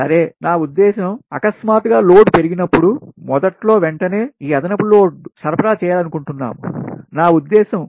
సరే నా ఉద్దేశ్యం